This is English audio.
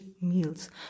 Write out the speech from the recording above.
meals